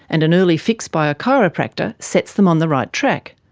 and an early fix by a chiropractor sets them on the right track.